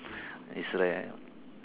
it's rare